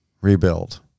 Rebuild